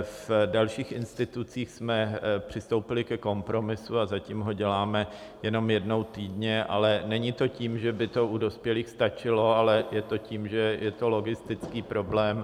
V dalších institucích jsme přistoupili ke kompromisu a zatím ho děláme jenom jednou týdně, ale není to tím, že by to u dospělých stačilo, ale je to tím, že je to logistický problém.